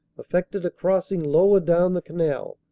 effected a crossing lower down the canal,